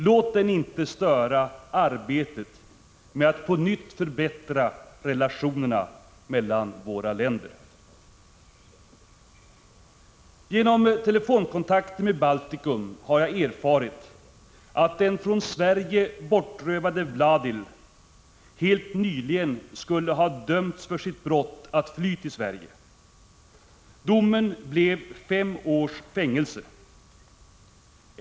Låt den inte störa arbetet med att på nytt förbättra relationerna mellan våra länder. Genom telefonkontakter med Baltikum har jag erfarit att den från Sverige bortrövade Vladil helt nyligen skulle ha dömts för sitt brott att fly till Sverige. Domen blev fem års fängelse.